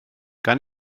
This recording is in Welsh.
gawn